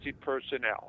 personnel